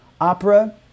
opera